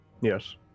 Yes